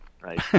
right